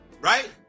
right